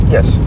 Yes